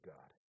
God